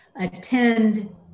Attend